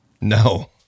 No